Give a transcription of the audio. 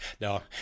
no